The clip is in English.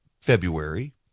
February